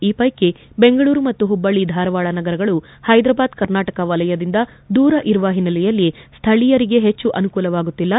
ಈ ಪೈಕಿ ಬೆಂಗಳೂರು ಮತ್ತು ಹುಬ್ಲಳ್ದಿ ಧಾರಾವಾಡ ನಗರಗಳು ಹೈದರಾಬಾದ್ ಕರ್ನಾಟಕ ವಲಯದಿಂದ ದೂರಇರುವ ಹಿನ್ನೆಲೆಯಲ್ಲಿ ಸ್ಠಳೀಯರಿಗೆ ಹೆಚ್ಚು ಅನುಕೂಲವಾಗುತ್ತಿಲ್ಲ